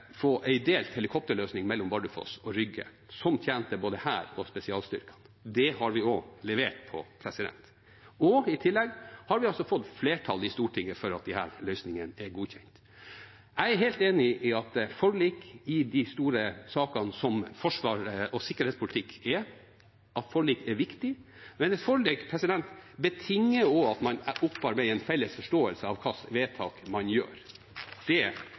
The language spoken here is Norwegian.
delt helikopterløsning mellom Bardufoss og Rygge som tjente både Hæren og spesialstyrkene. Det har vi også levert på. I tillegg har vi altså fått flertall i Stortinget for at disse løsningene er godkjent. Jeg er helt enig i at forlik i de store sakene som forsvars- og sikkerhetspolitikk er, er viktig. Men et forlik betinger også at man opparbeider en felles forståelse av hva slags vedtak man fatter. Den tilliten bør vi trene litt på i dette huset. Det